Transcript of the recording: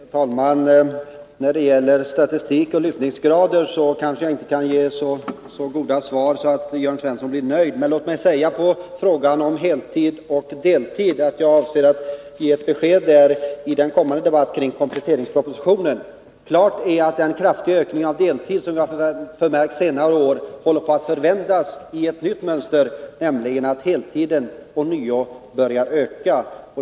Herr talman! När det gäller statistiken och lutningsgraden kanske jag inte kan ge så goda svar att Jörn Svensson blir nöjd. Låg mig ändå säga beträffande frågan om heltid och deltid att jag avser att ge ett besked där i en kommande debatt kring kompletteringspropositionen. Klart är att den kraftiga ökning av deltid som har förmärkts under senare år håller på att vändas och få ett nytt mönster, nämligen att heltiden ånyo börjar öka.